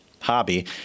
hobby